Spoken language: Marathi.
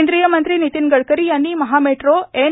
केंद्रीय मंत्री नितीन गडकरी यांनी महामेट्रो एन